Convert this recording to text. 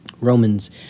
Romans